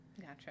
gotcha